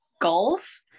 Golf